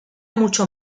mucho